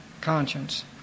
conscience